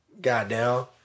Goddamn